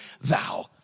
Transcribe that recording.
thou